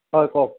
হয় কওক